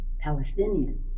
Palestinian